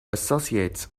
associates